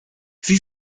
sie